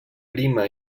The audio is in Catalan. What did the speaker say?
prima